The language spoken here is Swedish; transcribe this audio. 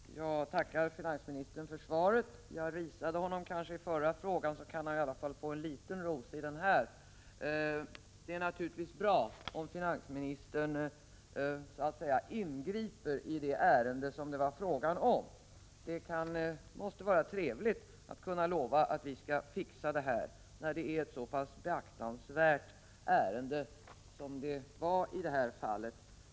Herr talman! Jag tackar finansministern för svaret. Jag risade finansministern i förra frågan, men han kan i alla fall få en liten ros nu. Det är naturligtvis bra om finansministern ingriper i det ärende som det är fråga om. Det måste vara trevligt att kunna lova att man hjälper när det är ett så beaktansvärt ärende som i det här fallet.